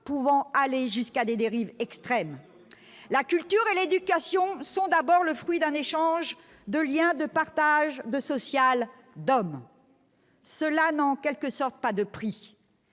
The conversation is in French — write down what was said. pouvant aller jusqu'à des dérives extrêmes, la culture et l'éducation sont d'abord le fruit d'un échange de Liens, de partage, de social d'homme, cela n'en quelque sorte, pas de prix,